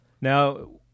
Now